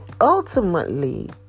ultimately